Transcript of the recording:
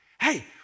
Hey